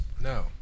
No